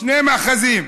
שני מאחזים,